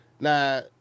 Now